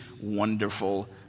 wonderful